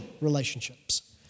relationships